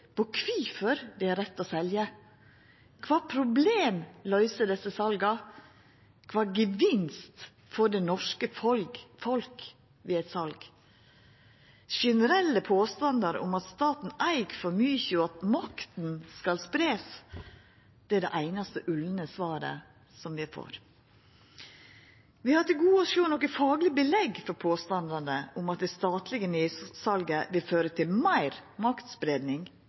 på kvifor det er rett å selja. Kva problem løyser desse sala? Kva gevinst får det norske folk ved eit sal? Generelle påstandar om at staten eig for mykje, og at makta skal spreiast, er det einaste ulne svaret som vi får. Vi har til gode å sjå noko fagleg belegg for påstandane om at det statlege nedsalet vil føra til meir maktspreiing